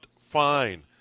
fine